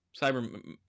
cyber